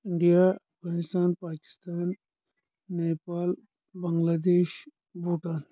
India Pakistan Pakistan Nepal Bangladesh Bhutan